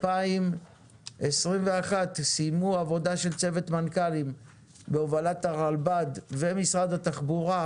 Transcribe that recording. ב-2021 סיימו עבודה של צוות מנכ"לים בהובלת הרלב"ד ומשרד התחבורה,